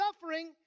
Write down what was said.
suffering